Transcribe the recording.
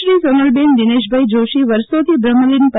શ્રી સોનલબેન દિનેશભાઈ જોષી વર્ષોથી બ્રહ્મલીન પ